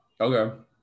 Okay